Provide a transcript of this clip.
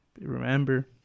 remember